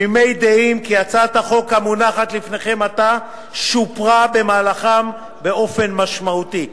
תמימי דעים כי הצעת החוק המונחת לפניכם עתה שופרה במהלכם באופן משמעותי,